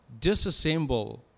disassemble